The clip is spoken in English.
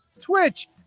Twitch